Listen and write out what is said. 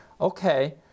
okay